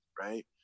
right